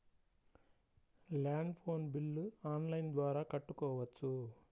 Land phone bill online ద్వారా కట్టుకోవచ్చు?